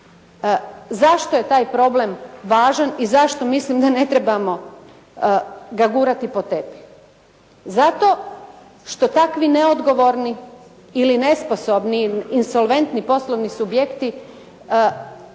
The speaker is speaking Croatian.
Zašto je taj problem važan i zašto mislim da ne trebamo ga gurati pod tepih? Zato što takvi neodgovorni ili nesposobni, insolventni poslovni subjekti